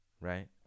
Right